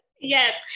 Yes